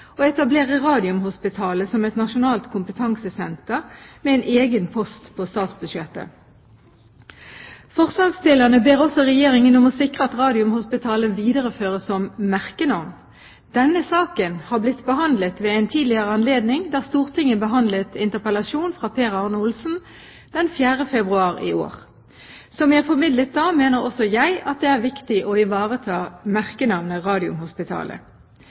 å etablere Radiumhospitalet som et nasjonalt kompetansesenter med en egen post på statsbudsjettet. Forslagsstillerne ber også Regjeringen om å sikre at Radiumhospitalet videreføres som merkenavn. Denne saken har blitt behandlet ved en tidligere anledning, da Stortinget behandlet interpellasjon fra Per Arne Olsen den 4. februar i år. Som jeg formidlet da, mener også jeg at det er viktig å ivareta merkenavnet Radiumhospitalet.